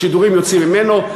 השידורים יוצאים ממנו.